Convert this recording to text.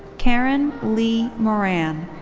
karen lee moran.